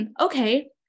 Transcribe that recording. okay